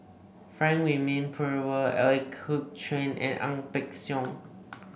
Frank Wilmin Brewer Ooi Kok Chuen and Ang Peng Siong